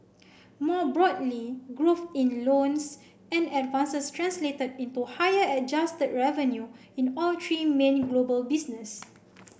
more broadly growth in loans and advances translated into higher adjusted revenue in all three many global business